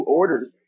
orders